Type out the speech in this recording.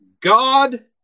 God